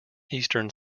eastern